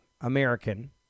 American